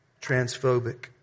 Transphobic